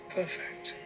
perfect